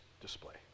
display